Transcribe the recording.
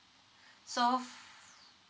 so